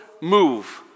move